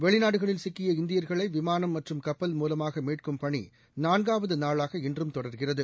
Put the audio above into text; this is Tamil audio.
வெளிநாடுகளில் சிக்கிய இந்தியர்களை விமானம் மற்றும் கப்பல் மூலமாக மீட்கும் பணி நான்காவது நாளாக இன்றும் தொடர்கிறது